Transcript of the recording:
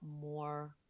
more